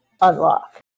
Unlock